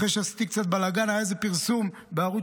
אחרי שעשיתי קצת בלגן היה איזה פרסום בערוץ